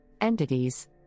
Entities